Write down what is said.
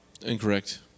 Incorrect